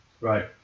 Right